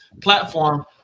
platform